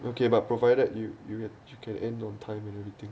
okay but provided you you can you can end on time and everything